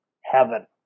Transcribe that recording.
heaven